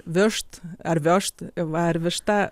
višt ar viošt va ar višta